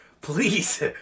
Please